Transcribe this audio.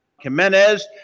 Jimenez